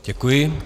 Děkuji.